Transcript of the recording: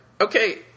okay